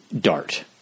DART